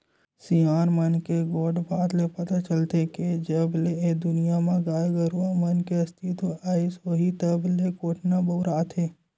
सियान मन के गोठ बात ले पता चलथे के जब ले ए दुनिया म गाय गरुवा मन के अस्तित्व आइस होही तब ले कोटना बउरात हे